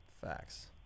Facts